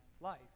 life